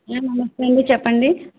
madam నమస్తే అండి చెప్పండి